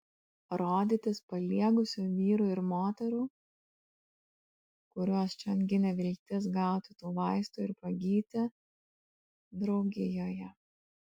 rodytis paliegusių vyrų ir moterų kuriuos čion ginė viltis gauti tų vaistų ir pagyti draugijoje